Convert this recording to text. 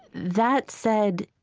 that said,